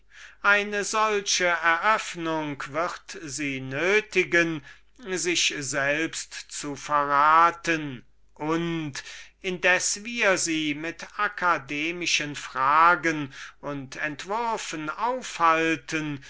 eine solche eröffnung wird sie nötigen sich selbst zu verraten und indessen daß wir sie mit akademischen fragen und entwürfen aufhalten